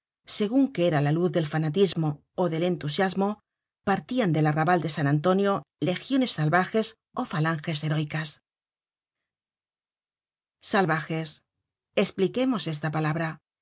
segun que era la luz del fanatismo ó del entusiasmo partian del arrabal de san antonio legiones salvajes ó falanges heróicas salvajesespliquemos esta palabra